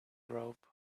rope